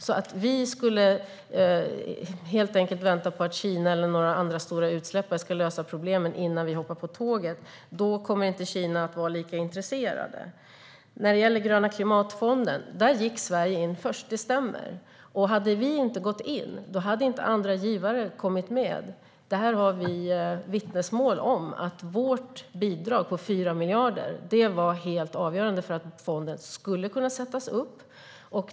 Om vi skulle vänta på att Kina eller några andra stora utsläppare skulle lösa problemen innan vi hoppar på tåget skulle inte Kina vara lika intresserat. När det gäller Gröna klimatfonden gick Sverige in först. Det stämmer. Om vi inte hade gått in hade inte andra givare kommit med. Vi har vittnesmål om att vårt bidrag på 4 miljarder var helt avgörande för att fonden skulle kunna sättas upp.